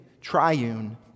triune